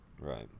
Right